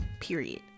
period